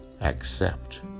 accept